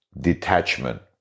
detachment